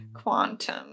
quantum